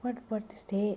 what what was that